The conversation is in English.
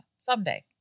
Someday